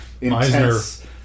intense